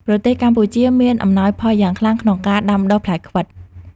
ប្រទេសកម្ពុជាមានអំណោយផលយ៉ាងខ្លាំងក្នុងការដាំដុះផ្លែខ្វិត។